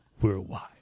Worldwide